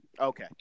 Okay